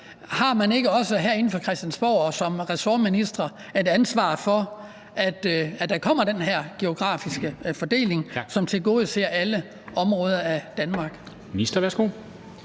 har man ikke også herinde på Christiansborg som ressortminister et ansvar for, at der kommer den her geografiske fordeling, som tilgodeser alle områder af Danmark?